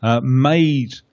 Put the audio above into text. made